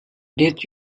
did